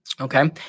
Okay